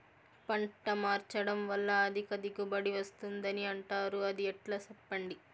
పంట మార్చడం వల్ల అధిక దిగుబడి వస్తుందని అంటారు అది ఎట్లా సెప్పండి